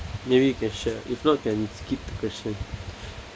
maybe you can share if not can skip the question